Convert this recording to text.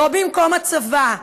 לא במקום הצבא,